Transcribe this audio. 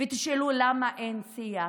ותשאלו למה אין שיח,